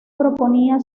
proponía